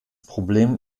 problem